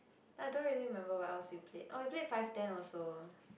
I don't really remember what else we played oh we played five ten also